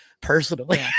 personally